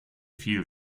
viel